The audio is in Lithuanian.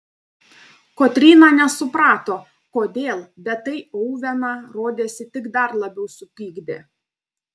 kotryna nesuprato kodėl bet tai oveną rodėsi tik dar labiau supykdė